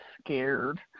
scared